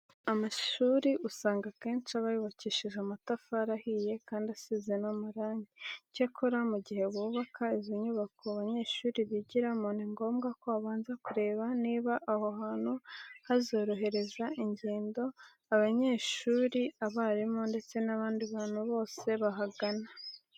Amashuri usanga akenshi aba yubakishije amatafari ahiye kandi asize n'amarange. Icyakora mu gihe bubaka izo nyubako abanyeshuri bigiramo, ni ngombwa ko babanza kureba niba aho hantu hazorohereza ingendo abanyeshuri, abarimu ndetse n'abandi bantu bose bahagana.